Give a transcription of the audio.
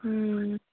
ହୁଁ